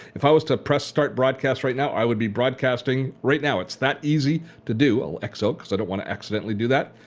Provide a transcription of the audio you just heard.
if i was to press start broadcast right now, i would be broadcasting right now. it's that's easy to do. i'll x out because i don't want to accidentally do that.